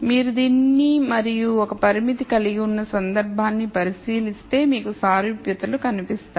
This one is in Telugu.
మీరు దీనిని మరియు ఒక పరిమితి కలిగిన సందర్భాన్ని పరిశీలిస్తే మీకు సారూప్యతలు కనిపిస్తాయి